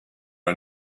are